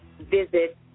visit